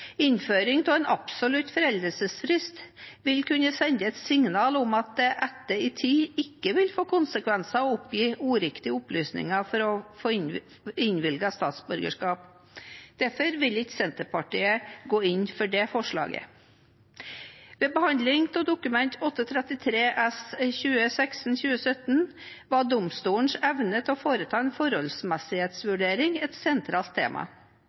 Innføring av en absolutt foreldelsesfrist vil kunne sende et signal om at det etter en tid ikke vil få konsekvenser å oppgi uriktige opplysninger for å få innvilget statsborgerskap. Derfor vil ikke Senterpartiet gå inn for det forslaget. Ved behandling av Dokument 8:33 for 2016–2017 var domstolens evne til å foreta en forholdsmessighetsvurdering et sentralt tema.